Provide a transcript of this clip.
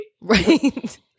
Right